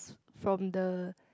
from the